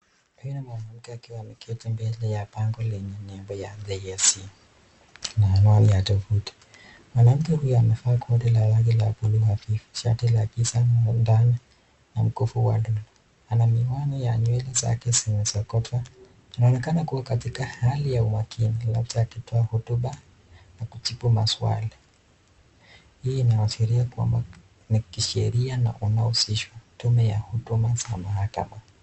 Huyu ni mwanamke ambaye ameketi mbele ya nembo la JSC la rangi ya tovuti. Mwanamke huyu amevaa koti ya rangi la buluu na shati ya giza ndani na mkufu wa lulu. Ana miwani na nywele zake zimesokotwa. Anaonekana kua katika hali ya umakini, labda akitoa hotuba na kujibu maswali. Hii inaashiria kwamba ni kisheria unaohusisjhwa, tume za huduma ya mahakama.